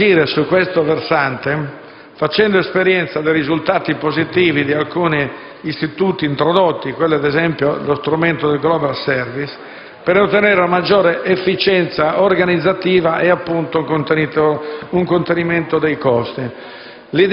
agire su questo versante, facendo esperienza dei risultati positivi di alcuni istituti introdotti - ad esempio, lo strumento del *global service* - per ottenere maggiore efficienza organizzativa e un contenimento dei costi.